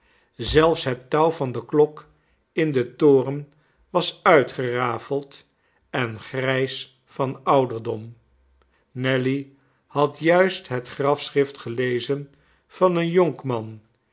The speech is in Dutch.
zelfs het touw van de klok in den toren was uitgerafeld en grijs van ouderdom nelly had juist het grafschrift gelezen van een jonkman